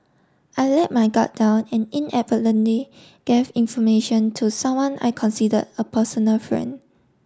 I let my guard down and inadvertently gave information to someone I considered a personal friend